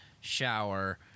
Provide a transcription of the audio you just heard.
shower